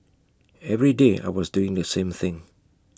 every day I was doing the same thing